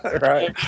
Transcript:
Right